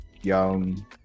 young